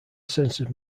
censored